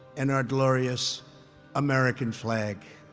and our glorious american flag.